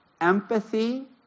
empathy